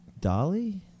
Dolly